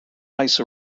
ice